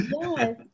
Yes